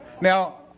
Now